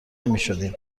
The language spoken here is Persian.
نمیشدیم